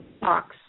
box